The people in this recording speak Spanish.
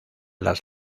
las